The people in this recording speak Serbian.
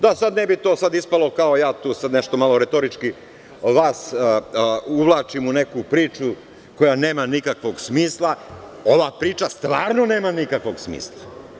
Da sad ne bi ispalo kao da ja tu nešto retorički vas uvlačim u neku priču koja nema nikakvog smisla, ova priča stvarno nema nikakvog smisla.